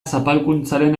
zapalkuntzaren